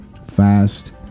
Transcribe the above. fast